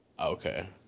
Okay